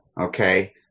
okay